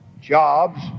Jobs